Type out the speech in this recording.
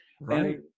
Right